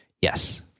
Yes